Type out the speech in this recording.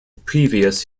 previous